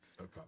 Okay